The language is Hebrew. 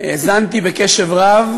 האזנתי בקשב רב